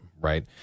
right